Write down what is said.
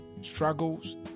struggles